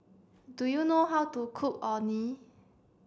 do you know how to cook Orh Nee